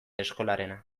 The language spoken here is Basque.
eskolarena